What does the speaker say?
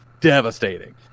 devastating